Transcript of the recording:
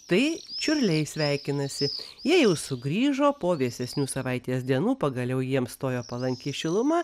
tai čiurliai sveikinasi jie jau sugrįžo po vėsesnių savaitės dienų pagaliau jiems stojo palanki šiluma